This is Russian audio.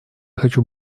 хочу